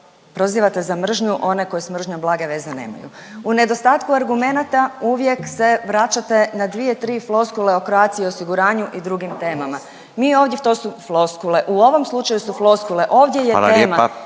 prozivate za mržnju one koji s mržnjom blage veze nemaju, u nedostatku argumenata uvijek se vraćate na dvije, tri floskule o Croatia osiguranju i drugim temama, to su floskule u ovom slučaju su floskule, ovdje je nema.